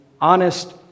honest